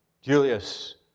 Julius